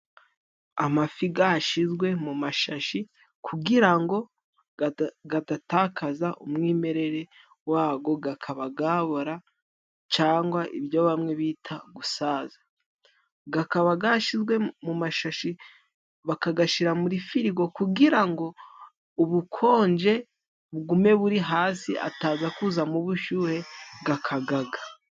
Amafi gashizwe mu mashashi, kugirango gadatakaza umwimerere wago, gakaba gabora cangwa ibyo bamwe bita gusaza, gakaba gashizwe mu mashashi, bakagashira muri firigo, kugira ngo ubukonje bugume buri hasi ataza kuzamo bushuhe, gakagaga.